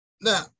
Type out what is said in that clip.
Now